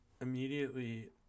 immediately